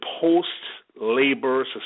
post-labor